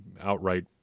outright